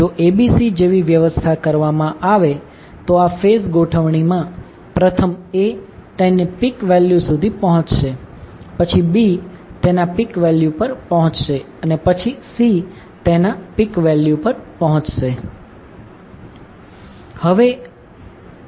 જો abc જેવી વ્યવસ્થા કરવામાં આવે તો આ ફેઝ ગોઠવણીમાં પ્રથમ A તેની પીક વેલ્યુ સુધી પહોંચશે પછી B તેની પીક વેલ્યુ પર પહોંચશે અને પછી C તેની પીક વેલ્યુ સુધી પહોંચશે